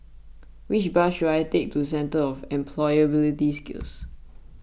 which bus should I take to Centre for Employability Skills